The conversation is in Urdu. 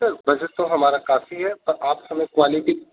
سر بجٹ تو ہمارا کافی ہے پر آپ ہمیں کوالٹی